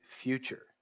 future